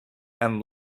and